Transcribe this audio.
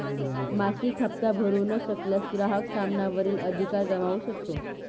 मासिक हप्ता भरू न शकल्यास, ग्राहक सामाना वरील अधिकार गमावू शकतो